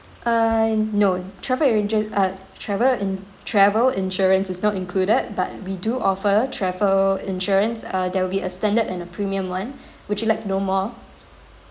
err no travel regio~ uh travel in~ travel insurance is not included but we do offer travel insurance uh there will be a standard and a premium one would you like know more